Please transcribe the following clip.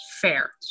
fair